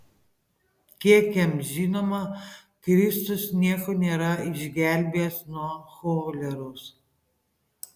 kiek jam žinoma kristus nieko nėra išgelbėjęs nuo choleros